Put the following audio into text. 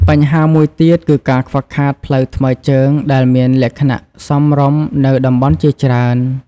បញ្ហាមួយទៀត គឺការខ្វះខាតផ្លូវថ្មើរជើងដែលមានលក្ខណៈសមរម្យនៅតំបន់ជាច្រើន។